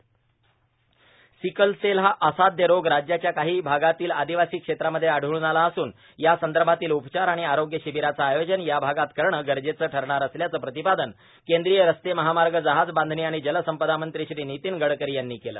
sickle cell हा असाध्य रोग राज्याच्या काही भागातील आदिवासी क्षेत्रांमध्ये आढळून आला असून या संदर्भातील उपचार आणि आरोग्य शिबीराचं आयोजन या भागात करणं गरजेचं ठरणार असल्याचं प्रतिपादन केंद्रीय रस्ते महामार्ग जहाजबांधणी आणि जलसंपदा मंत्री श्री नितीन गडकरी यांनी केलं